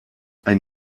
ein